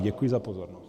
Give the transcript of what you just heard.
Děkuji za pozornost.